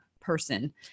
person